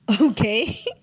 Okay